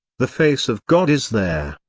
the face of god is there.